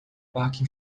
parque